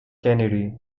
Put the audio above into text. kennedy